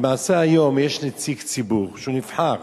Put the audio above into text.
למעשה היום יש נציג ציבור שהוא נבחר,